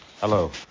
Hello